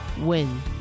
win